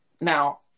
now